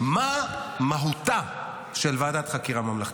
מה מהותה של ועדת חקירה ממלכתית.